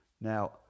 Now